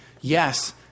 yes